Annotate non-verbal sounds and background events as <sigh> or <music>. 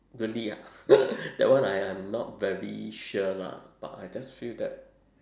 really ah <laughs> that one I I'm not very sure lah but I just feel that